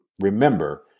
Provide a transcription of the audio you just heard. Remember